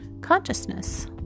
consciousness